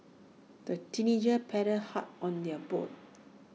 the teenagers paddled hard on their boat